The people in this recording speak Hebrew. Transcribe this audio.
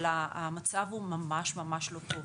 אבל המצב הוא ממש לא טוב.